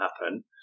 happen